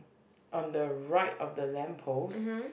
on the right of the lamp post